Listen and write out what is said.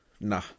Nah